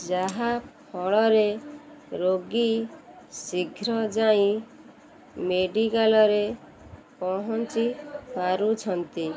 ଯାହାଫଳରେ ରୋଗୀ ଶୀଘ୍ର ଯାଇ ମେଡ଼ିକାଲ୍ରେ ପହଞ୍ଚି ପାରୁଛନ୍ତି